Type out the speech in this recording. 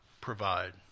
provide